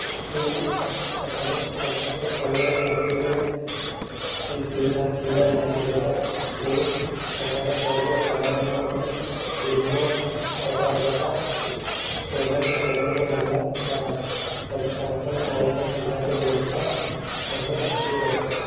ଯେମିତି ସେଠାରେ ପର୍ଯ୍ୟାପ୍ତ ପରିମାଣରେ ଡଷ୍ଟବିନର ସୁବିଧା ଥିବା ନିହାତି ଦରକାର ପୁଣି ସେଠାରେ ସର୍ବସାଧାରଣଙ୍କ ପାଇଁ ବିଭିନ୍ନ ପ୍ରକାର ଯଥା ଟଏଲେଟ ଇତ୍ୟାଦି ମାନ ରହିବା କଥା ଏବଂ ତାଙ୍କ ପାଇଁ ପାଣିର ପର୍ଯ୍ୟାପ୍ତ ବ୍ୟବସ୍ଥା ରହିବା ନିହାତି ଦରକାର